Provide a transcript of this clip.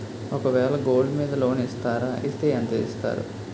ఒక వేల గోల్డ్ మీద లోన్ ఇస్తారా? ఇస్తే ఎంత ఇస్తారు?